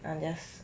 ah just